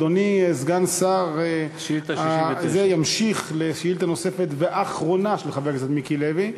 אדוני סגן השר ימשיך לשאילתה נוספת ואחרונה של חבר הכנסת מיקי לוי,